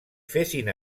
fessin